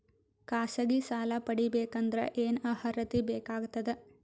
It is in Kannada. ಖಾಸಗಿ ಸಾಲ ಪಡಿಬೇಕಂದರ ಏನ್ ಅರ್ಹತಿ ಬೇಕಾಗತದ?